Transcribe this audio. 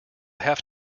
have